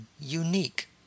unique